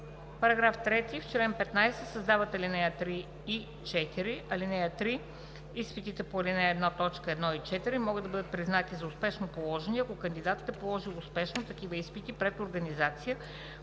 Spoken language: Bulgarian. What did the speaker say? § 3: „§ 3. В чл. 15 се създават ал. 3 и 4: „(3) Изпитите по ал. 1, т. 1 и 4 могат да бъдат признати за успешно положени, ако кандидатът е положил успешно такива изпити пред организация,